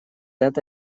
это